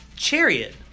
chariot